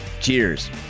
Cheers